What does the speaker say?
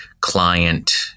client